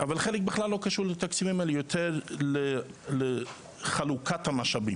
אבל חלק בכלל לא קשור לתקציבים אלא יותר לחלוקת המשאבים.